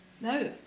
No